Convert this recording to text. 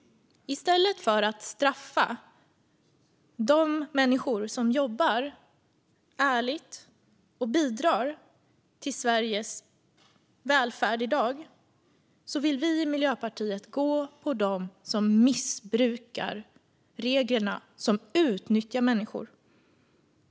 I stället för att straffa de människor som jobbar ärligt och bidrar till Sveriges välfärd i dag vill vi i Miljöpartiet gå på dem som missbrukar reglerna och utnyttjar människor.